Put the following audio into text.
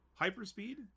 Hyperspeed